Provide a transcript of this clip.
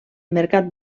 mercat